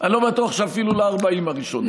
אני לא בטוח שאפילו לארבעים הראשונים.